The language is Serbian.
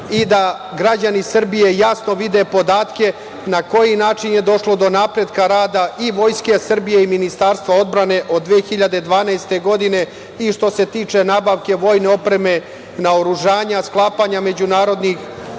i da građani Srbije jasno vide podatke na koji način je došlo do napretka rada i Vojske Srbije i Ministarstva odbrane od 2012. godine i što se tiče nabavke vojne opreme, naoružanja, sklapanja međunarodnih